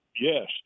Yes